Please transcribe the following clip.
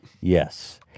Yes